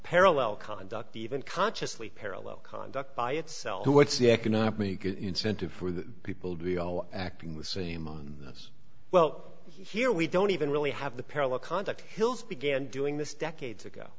parallel conduct even consciously parallel conduct by itself to what's the economic incentive for the people to be zero acting with seymour well here we don't even really have the parallel conduct hilles began doing this decades ago